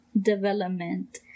development